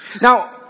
Now